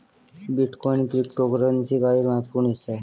bitcoin cryptocurrency का ही एक महत्वपूर्ण हिस्सा है